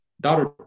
Daughter